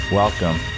welcome